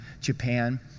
Japan